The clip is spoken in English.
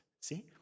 see